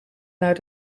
naar